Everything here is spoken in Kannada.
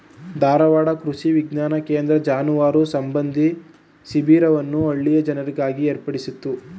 ಧಾರವಾಡ ಕೃಷಿ ವಿಜ್ಞಾನ ಕೇಂದ್ರ ಜಾನುವಾರು ಸಂಬಂಧಿ ಶಿಬಿರವನ್ನು ಹಳ್ಳಿಯ ಜನರಿಗಾಗಿ ಏರ್ಪಡಿಸಿತ್ತು